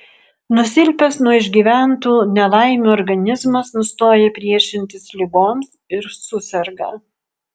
nusilpęs nuo išgyventų nelaimių organizmas nustoja priešintis ligoms ir suserga